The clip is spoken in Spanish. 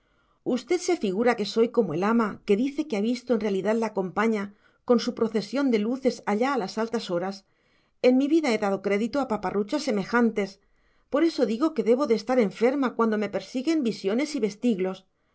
usted se figura que soy como el ama que dice que ha visto en realidad la compaña con su procesión de luces allá a las altas horas en mi vida he dado crédito a paparruchas semejantes por eso digo que debo de estar enferma cuando me persiguen visiones y vestiglos